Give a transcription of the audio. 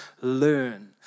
learn